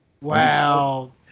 Wow